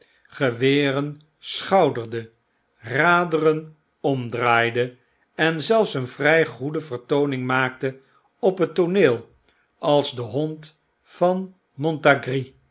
geweren schouderde raderen omdraaide en zelfs een vrjj goede vertooning maakte op het tooneel als de hond van